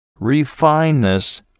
refineness